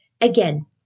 again